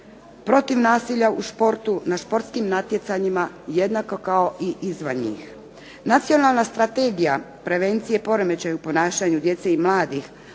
protiv nasilja u sportu, na sportskim natjecanjima jednako kao i izvan njih. Nacionalna strategija prevencije poremećaja u ponašanju djece i mladih